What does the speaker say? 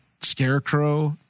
Scarecrow